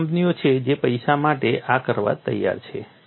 એવી કંપનીઓ છે જે પૈસા માટે આ કરવા તૈયાર છે